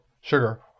sugar